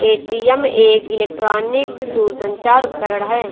ATM एक electronic दूरसंचार उपकरण है